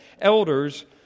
elders